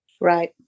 Right